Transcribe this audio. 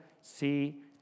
see